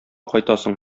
кайтасың